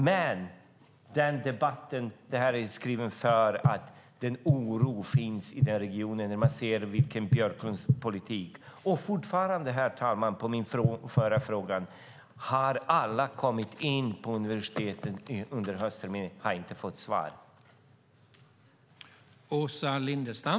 Den här debatten handlar om den oro människor känner i regionen när de ser Björklunds politik. Herr talman! Svara på min tidigare fråga: Har alla kommit in på universiteten under höstterminen? Jag har inte fått något svar.